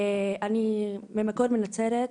אני במקור מנצרת,